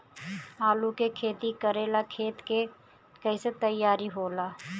आलू के खेती करेला खेत के कैसे तैयारी होला?